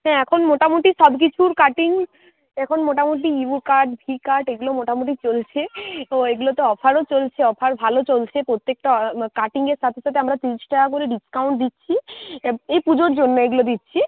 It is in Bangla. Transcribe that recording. হ্যাঁ এখন মোটামুটি সব কিছুর কাটিং এখন মোটামুটি ইউ কাট ভি কাট এগুলো মোটামুটি চলছে তো এইগুলোতে অফারও চলছে অফার ভালো চলছে প্রত্যকেটা কাটিং এর সাতে সাতে আমরা তিরিশ টাকা করে ডিসকাউন্ট দিচ্ছি এ এই পুজোর জন্য এইগুলো দিচ্ছি